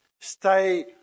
Stay